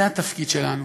זה התפקיד שלנו.